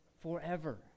forever